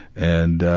and ah,